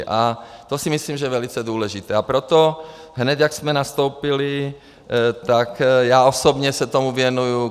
A to si myslím, že je velice důležité, a proto hned, jak jsme nastoupili, tak já osobně se tomu věnuji.